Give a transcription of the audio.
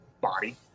body